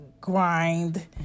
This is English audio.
grind